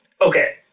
okay